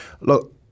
Look